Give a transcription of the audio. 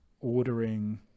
ordering